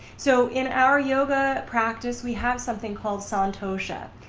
so in our yoga practice we have something called santosha.